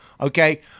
Okay